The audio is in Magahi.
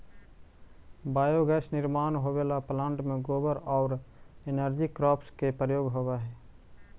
बायोगैस निर्माण होवेला प्लांट में गोबर औउर एनर्जी क्रॉप्स के प्रयोग होवऽ हई